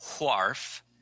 Wharf